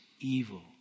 evil